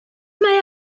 mae